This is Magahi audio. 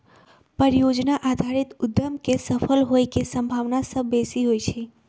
परिजोजना आधारित उद्यम के सफल होय के संभावना सभ बेशी होइ छइ